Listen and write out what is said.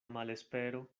malespero